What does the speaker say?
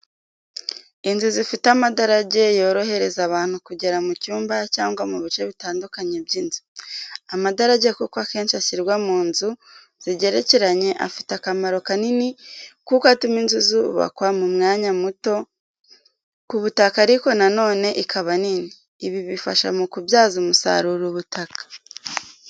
Inzu zifite amadarage yorohereza abantu kugera mu byumba cyangwa mu bice bitandukanye by'inzu. Amadarage kuko akenshi ashyirwa mu nzu zigerekeranye afite akamaro kanini kuko atuma inzu zubakwa mu mwanya muto ku butaka ariko na none ikaba nini, ibi bifasha mu kubyaza umusaruro ubutaka.